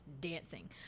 dancing